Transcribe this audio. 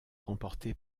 remporté